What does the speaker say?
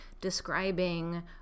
describing